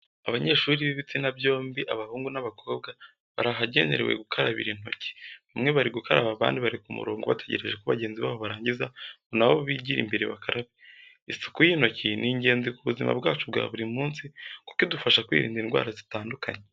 Abanyeshuri b'ibitsina byombi abahungu n'abakobwa bari ahagenewe gukarabira intoki, bamwe bari gukaraba abandi bari ku murongo bategereje ko bagenzi babo barangiza ngo nabo bigire imbere bakarabe. Isuku y'intoki ni ingenzi ku buzima bwacu bwa buri munsi kuko idufasha kwirinda indwara zitandukanye.